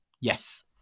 Yes